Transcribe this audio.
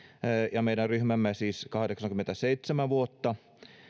ja meidän ryhmämme siis kahdeksankymmentäseitsemän vuotta